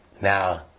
now